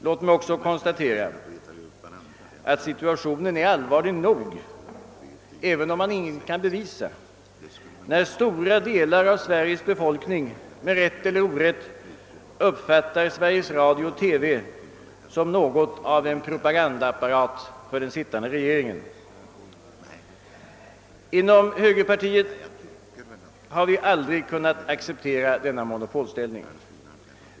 Låt mig också konstatera att situationen är allvarlig nog, även om man ingenting kan bevisa, när stora delar av Sveriges befolkning, med rätt eller orätt, uppfattar Sveriges Radio-TV som något av en propagandaapparat för den sittande regeringen! Inom högerpartiet har vi aldrig kunnat acceptera denna monopolställning.